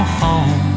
home